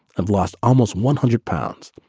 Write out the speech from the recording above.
i've lost almost one hundred pounds.